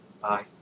Bye